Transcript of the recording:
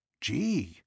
Gee